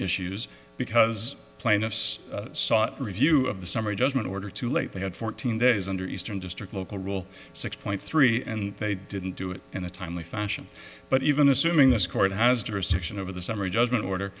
issues because plaintiffs sought review of the summary judgment order to late they had fourteen days under eastern district local rule six point three and they didn't do it in a timely fashion but even assuming this court has jurisdiction over the summary judgment order